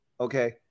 okay